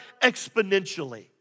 exponentially